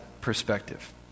perspective